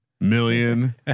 million